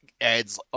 adds